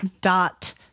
dot